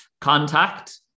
contact